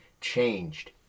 changed